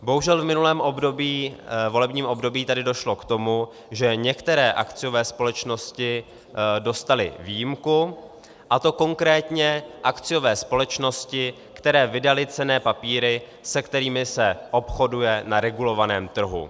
Bohužel v minulém volebním období tady došlo k tomu, že některé akciové společnosti dostaly výjimku, a to konkrétně akciové společnosti, které vydaly cenné papíry, se kterými se obchoduje na regulovaném trhu.